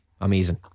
Amazing